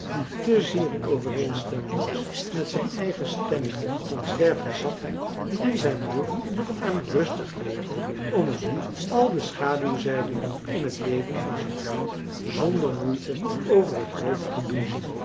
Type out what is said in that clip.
die te zeer in overeenstemming was met zijn eigen stemming van zwervenszatheid en zijn behoefte aan een rustig leven om hem niet al de schaduwzijden in het leven van zijn vriend zonder moeite over het hoofd te doen zien